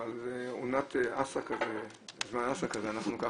אבל עונת אס"ק כזה, זמן אס"ק כזה, אנחנו מנצלים.